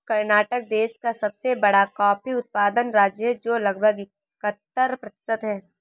कर्नाटक देश का सबसे बड़ा कॉफी उत्पादन राज्य है, जो लगभग इकहत्तर प्रतिशत है